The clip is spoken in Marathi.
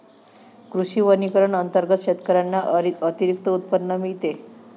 कृषी वनीकरण अंतर्गत शेतकऱ्यांना अतिरिक्त उत्पन्न मिळते